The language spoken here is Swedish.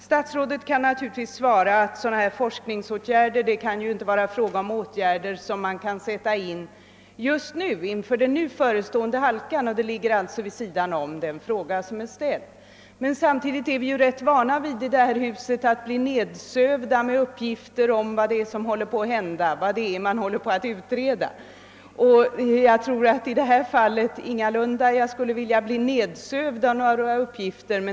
Statsrådet kan naturligtvis svara att det ändå inte kan bli fråga om åtgärder som kan vidtas inför den nu förestående halkperioden och att detta således ligger vid sidan om den fråga som jag har ställt. Vi är emellertid i detta hus ganska vana vid att bli nedsövda med uppgifter om vad som håller på att utredas, och jag vill inte precis bli nedsövd med några uppgifter.